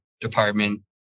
department